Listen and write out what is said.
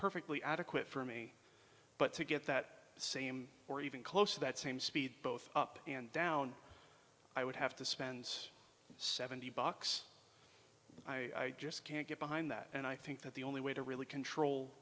perfectly adequate for me but to get that same or even close that same speed both up and down i would have to spends seventy bucks i just can't get behind that and i think that the only way to really control